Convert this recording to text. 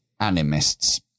animists